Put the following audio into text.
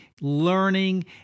learning